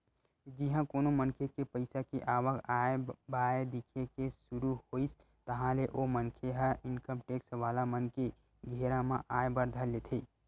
जिहाँ कोनो मनखे के पइसा के आवक आय बाय दिखे के सुरु होइस ताहले ओ मनखे ह इनकम टेक्स वाला मन के घेरा म आय बर धर लेथे